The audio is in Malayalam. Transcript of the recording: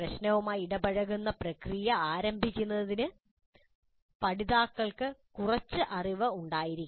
പ്രശ്നവുമായി ഇടപഴകുന്ന പ്രക്രിയ ആരംഭിക്കുന്നതിന് പഠിതാക്കൾക്ക് കുറച്ച് അറിവ് ഉണ്ടായിരിക്കണം